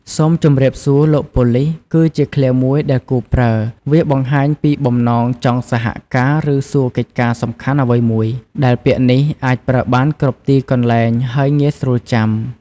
"សូមជម្រាបសួរ លោកប៉ូលិស" គឺជាឃ្លាមួយដែលគួរប្រើវាបង្ហាញពីបំណងចង់សហការឬសួរកិច្ចការសំខាន់អ្វីមួយ ដែលពាក្យនេះអាចប្រើបានគ្រប់ទីកន្លែងហើយងាយស្រួលចាំ។